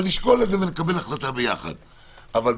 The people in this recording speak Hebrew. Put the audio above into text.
אבל נשקול את זה ונקבל החלטה יחד,